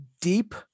deep